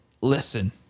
listen